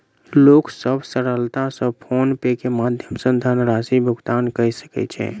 लोक सभ सरलता सॅ फ़ोन पे के माध्यम सॅ धनराशि भुगतान कय सकै छै